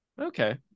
Okay